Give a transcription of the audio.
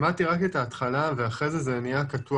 שמעתי רק את ההתחלה ואחר כך הקו קטוע.